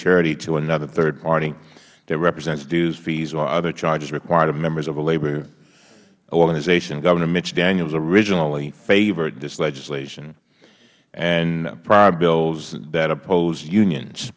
charity to another third party that represents dues fees or other charges required of members of a labor organization governor mitch daniels originally favored this legislation and prior bills that opposed unions